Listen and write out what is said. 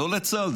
לא לצה"ל,